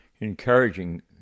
encouraging